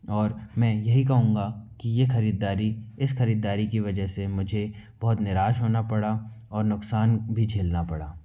और मैं यही कहूँगा कि ये खरीददारी इस खरीददारी की वजह से मुझे बहुत निराश होना पड़ा और नुकसान भी झेलना पड़ा